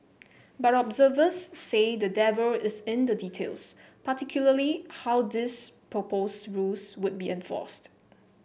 but observers say the devil is in the details particularly how these proposed rules would be enforced